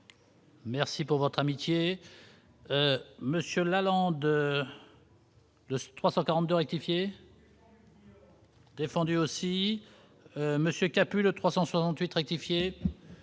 Merci pour votre amitié. Monsieur Lalonde. Le 342 rectifier. Défendu aussi Monsieur Capulet 368 rectifier.